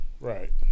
Right